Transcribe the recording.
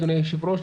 אדוני היושב-ראש,